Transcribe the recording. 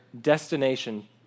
destination